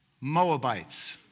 Moabites